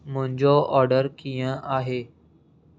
मुंहिंजो ऑडर कीअं आहे